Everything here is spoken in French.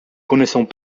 connaissons